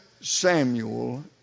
Samuel